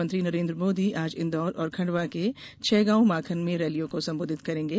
प्रधानमंत्री नरेन्द्र मोदी आज इन्दौर और खंडवा के छैगॉवमाखन में रैलियों को संबोधित करेंगे